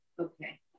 Okay